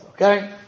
Okay